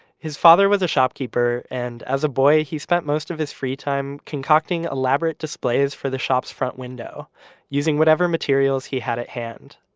his father was a shopkeeper and as a boy he spent most of his free time concocting elaborate displays for the shop's front window using whatever materials he had at hand.